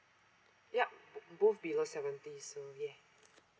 yup both below seventy so yeah